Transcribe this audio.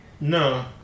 No